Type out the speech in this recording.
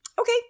Okay